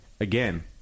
again